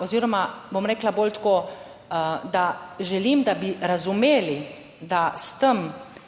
oziroma bom rekla bolj tako, da želim, da bi razumeli, da s tem